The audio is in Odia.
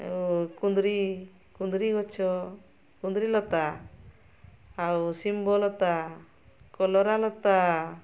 କୁନ୍ଦରି କୁନ୍ଦରି ଗଛ କୁନ୍ଦରୀଲତା ଆଉ ଶିମ୍ବଲତା କଲରା ଲତା